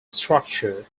structure